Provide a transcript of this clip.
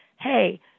hey